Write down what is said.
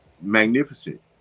magnificent